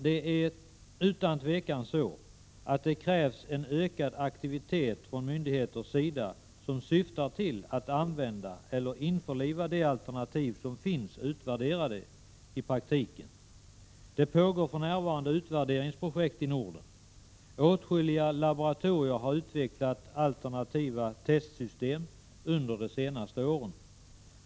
Det krävs utan tvivel en ökad aktivitet från myndigheternas sida som syftar till att man i praktiken skall använda, eller införliva, de alternativ som finns utvärderade. Det pågår för närvarande utvärderingsprojekt i Norden. Åtskilliga laboratorier har utvecklat alternativa testsystem under de senaste åren.